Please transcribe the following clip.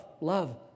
love